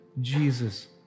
Jesus